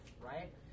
right